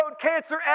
cancer